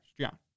John